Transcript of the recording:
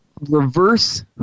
Reverse